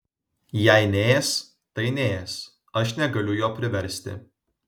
jei neės tai neės aš negaliu jo priversti